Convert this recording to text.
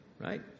right